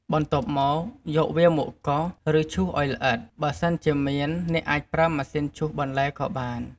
បន្ទាប់មក យកវាមកកោស ឬ ឈូសឱ្យល្អិត បើសិនជាមាន អ្នកអាចប្រើម៉ាស៊ីនឈូសបន្លែក៏បាន។